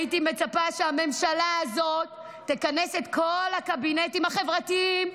הייתי מצפה שהממשלה הזאת תכנס את כל הקבינטים החברתיים,